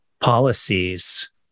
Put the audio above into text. policies